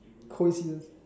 coincidence